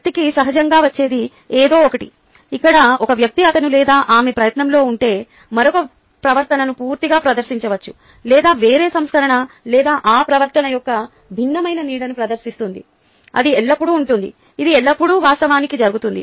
వ్యక్తికి సహజంగా వచ్చేది ఏదో ఒకటి ఇక్కడ ఒక వ్యక్తి అతను లేదా ఆమె ప్రయత్నంలో ఉంటే మరొక ప్రవర్తనను పూర్తిగా ప్రదర్శించవచ్చు లేదా వేరే సంస్కరణ లేదా ఆ ప్రవర్తన యొక్క భిన్నమైన నీడను ప్రదర్శిస్తుంది అది ఎల్లప్పుడూ ఉంటుంది ఇది ఎల్లప్పుడూ వాస్తవానికి జరుగుతుంది